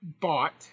bought